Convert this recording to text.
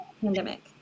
pandemic